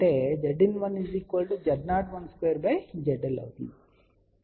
కాబట్టి Zin1 అంటే Zin1 Z012 ZL అవుతుంది